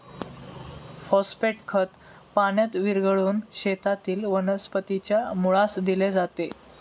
phosphate खत पाण्यात विरघळवून शेतातील वनस्पतीच्या मुळास दिले जाते